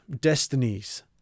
destinies